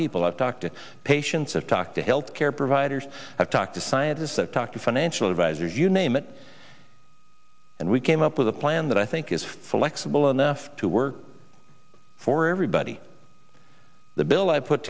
people i've talked to patients have talked to health care providers i've talked to scientists that talk to financial advisors you name it and we came up with a plan that i think is flexible enough to work for everybody the bill i put